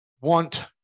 want